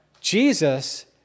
Jesus